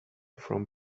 from